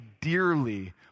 dearly